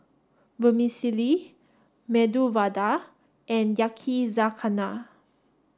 Vermicelli Medu Vada and Yakizakana